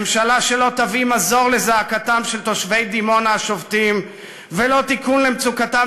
ממשלה שלא תביא מזור לזעקתם של תושבי דימונה השובתים ולא תיקון למצוקתן